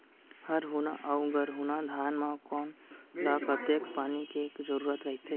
हरहुना अऊ गरहुना धान म कोन ला कतेक पानी के जरूरत रहिथे?